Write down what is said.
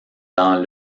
dans